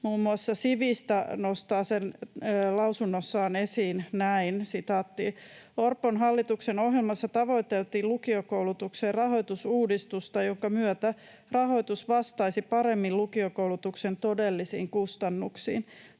Muun muassa Sivista nostaa sen lausunnossaan esiin näin: ”Orpon hallituksen ohjelmassa tavoiteltiin lukiokoulutukseen rahoitusuudistusta, jonka myötä rahoitus vastaisi paremmin lukiokoulutuksen todellisiin kustannuksiin.